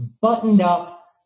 buttoned-up